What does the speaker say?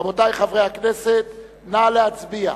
רבותי חברי הכנסת, נא להצביע.